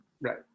Right